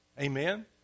Amen